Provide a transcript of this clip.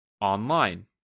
Online